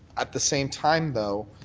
at the same time, though,